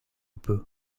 peu